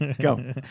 Go